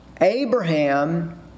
Abraham